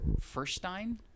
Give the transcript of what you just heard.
Furstein